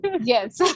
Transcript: Yes